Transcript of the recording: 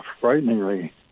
frighteningly